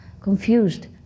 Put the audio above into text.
confused